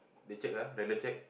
they checked ah random check